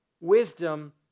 Wisdom